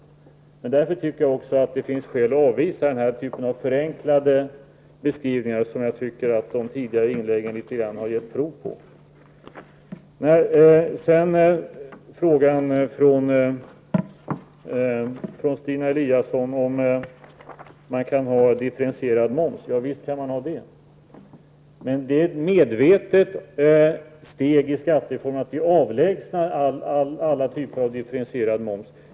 Men av den anledningen tycker jag också att det finns skäl att avvisa det slag av förenklade beskrivningar som de tidigare inläggen litet grand har gett prov på. Sedan till Stina Eliassons fråga om man kan ha differentierad moms. Ja, visst kan man ha det. Men det är ett medvetet steg i skattereformen att vi avlägsnar alla typer av differentierad moms.